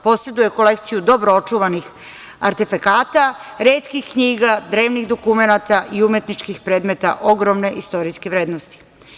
Poseduje kolekciju dobro očuvanih artefekata, retkih knjiga, drevnih dokumenata i umetničkih predmeta ogromne istorijske vrednosti.